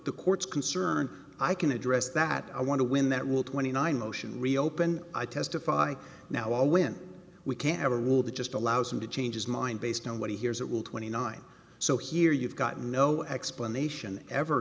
the court's concern i can address that i want to win that will twenty nine motion reopen i testify now all when we can ever will that just allows him to change his mind based on what he hears it will twenty nine so here you've got no explanation ever